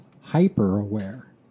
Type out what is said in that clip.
hyper-aware